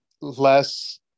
less